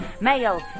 male